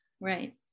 right